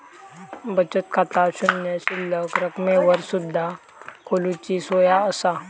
बचत खाता शून्य शिल्लक रकमेवर सुद्धा खोलूची सोया असा